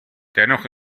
dennoch